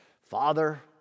Father